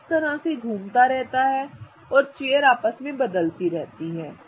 यह इस तरह से घूमता रहता है और चेयर आपस में बदलती रहती हैं